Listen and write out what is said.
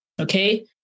okay